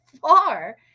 far